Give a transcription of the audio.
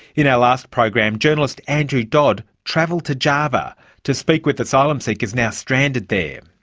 in our last program, journalist andrew dodd travelled to java to speak with asylum seekers now stranded there.